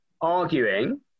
arguing